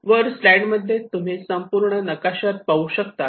वर स्लाइड मध्ये तुम्ही संपूर्ण नकाशा पाहू शकतात